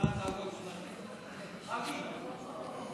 את הצעת החוק לעידוד השקעות הון בחקלאות (תיקון מס' 8),